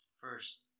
First